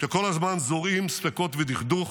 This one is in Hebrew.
שכל הזמן זורעים ספקות ודכדוך.